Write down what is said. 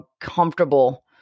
comfortable